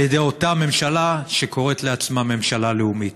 על ידי אותה ממשלה שקוראת לעצמה ממשלה לאומית.